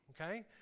Okay